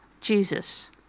Jesus